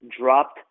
dropped